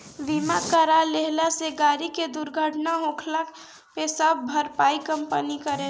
बीमा करा लेहला से गाड़ी के दुर्घटना होखला पे सब भरपाई कंपनी करेला